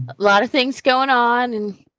lot of things going on, and